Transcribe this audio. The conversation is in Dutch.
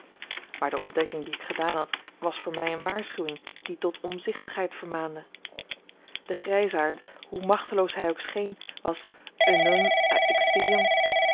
maar de ontdekking die ik gedaan had was voor mij eene waarschuwing die tot omzichtigheid vermaande de grijsaard hoe machteloos hij ook scheen was